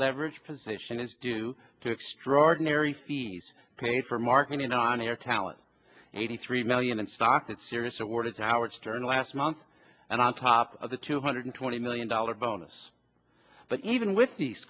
leveraged position is due to extraordinary fees paid for marketing on air talent eighty three million in stock that sirius awarded to howard stern last month and on top of the two hundred twenty million dollars bonus but even with these